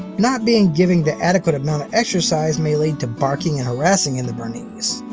not being given the adequate amount of exercise may lead to barking and harassing in the bernese.